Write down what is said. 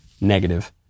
negative